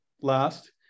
last